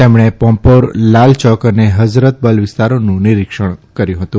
તેમણે પોમ્પોર લાલચોક અને હઝરતબલ વિસ્તારોનું નિરીક્ષણ કર્યું હતું